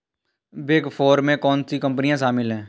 Big four में कौन सी कंपनियाँ शामिल हैं?